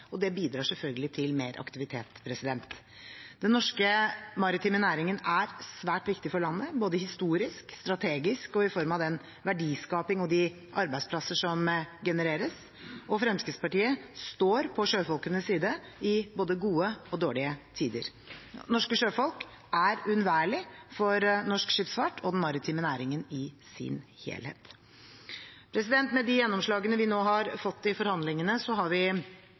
og det bidrar selvfølgelig til mer aktivitet. Den norske maritime næringen er svært viktig for landet, både historisk, strategisk og i form av den verdiskaping og de arbeidsplasser som genereres, og Fremskrittspartiet står på sjøfolkenes side i både gode og dårlige tider. Norske sjøfolk er uunnværlige for norsk skipsfart og den maritime næringen i sin helhet. Med de gjennomslagene vi nå har fått i forhandlingene, har vi